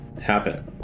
happen